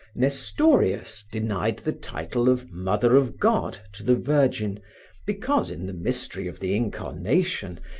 nestorius denied the title of mother of god to the virgin because, in the mystery of the incarnation,